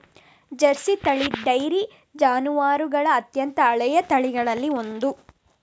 Jersey ತಳಿ dairy ಜಾನುವಾರುಗಳ ಅತ್ಯಂತ ಹಳೆಯ ತಳಿಗಳಲ್ಲಿ ಒಂದು